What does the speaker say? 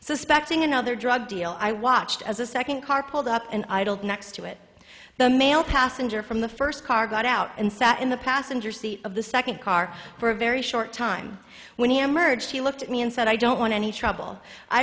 suspecting another drug deal i watched as a second car pulled up and idled next to it the male passenger from the first car got out and sat in the passenger seat of the second car for a very short time when he emerged he looked at me and said i don't want any trouble i